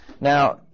Now